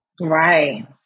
Right